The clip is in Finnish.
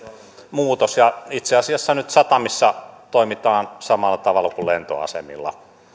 muutos ja itse asiassa nyt satamissa toimitaan samalla tavalla kuin lentoasemilla eli